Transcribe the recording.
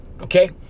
okay